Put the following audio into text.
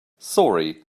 sorry